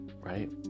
right